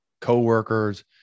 co-workers